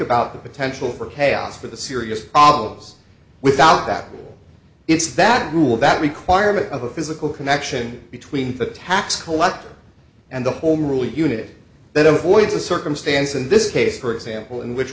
about the potential for chaos for the serious problems without that it's that rule that requirement of a physical connection between the tax collector and the home rule unit that avoids a circumstance in this case for example in which